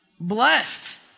Blessed